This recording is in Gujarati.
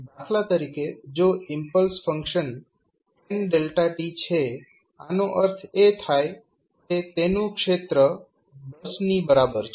દાખલા તરીકે જો ઇમ્પલ્સ ફંક્શન 10 છે આનો અર્થ એ થાય છે કે તેનું ક્ષેત્ર 10 ની બરાબર છે